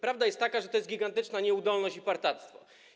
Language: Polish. Prawda jest taka, że to jest gigantyczna nieudolność i partactwo.